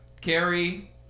Carrie